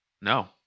No